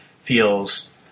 feels